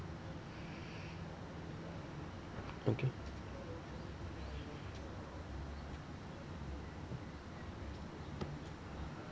okay